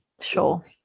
sure